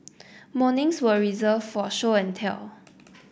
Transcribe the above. mornings were reserved for show and tell